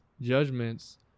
judgments